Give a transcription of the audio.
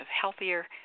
healthier